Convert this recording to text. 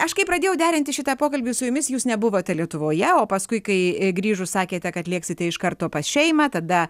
aš kai pradėjau derinti šitą pokalbį su jumis jūs nebuvote lietuvoje o paskui kai grįžus sakėte kad lėksite iš karto pas šeimą tada